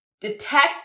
detect